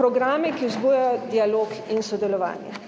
programi, ki vzbujajo dialog in sodelovanje.